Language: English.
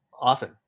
often